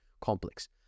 complex